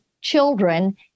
children